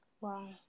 wow